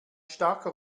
starker